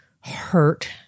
hurt